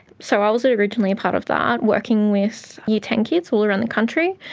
so i was ah originally a part of that, working with year ten kids all around the country.